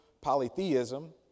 polytheism